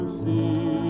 see